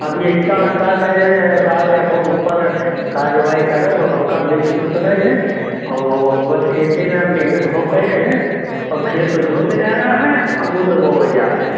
अब यहिका हम का करें साहब देखो ऊपर कार्रवाही करब हमका मिलता कुछ नहीं है और बस खेत में हम मेहनत खूब कर रहें और खेत जोत डाला है और उड़द बोनें जा रहे हैं